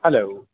hello